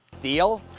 Deal